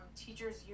teachers